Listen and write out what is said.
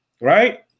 right